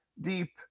deep